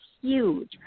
huge